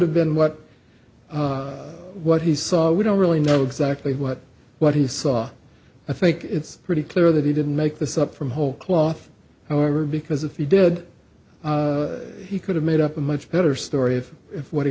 have been what what he saw we don't really know exactly what what he saw i think it's pretty clear that he didn't make this up from whole cloth however because if he did he could have made up a much better story if if what he